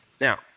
Now